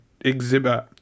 exhibit